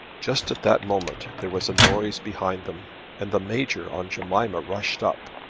just at that moment there was a noise behind them and the major on jemima rushed up.